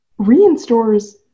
reinstores